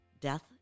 death